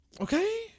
Okay